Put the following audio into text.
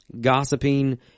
gossiping